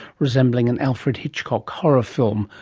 resembling an alfred hitchcock horror film,